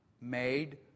made